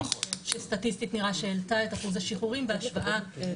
שסטטיסטית נראה שהעלתה את אחוז השחרורים בהשוואה